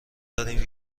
داریم